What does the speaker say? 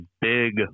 big